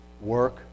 work